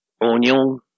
onion